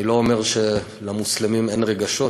אני לא אומר שלמוסלמים אין רגשות,